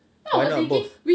why not both